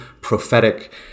prophetic